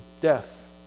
death